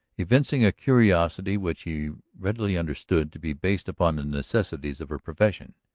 evincing a curiosity which he readily understood to be based upon the necessities of her profession.